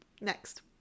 Next